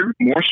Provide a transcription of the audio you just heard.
more